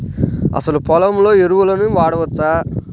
అసలు పొలంలో ఎరువులను వాడవచ్చా?